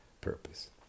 purpose